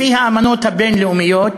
לפי האמנות הבין-לאומיות,